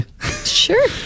Sure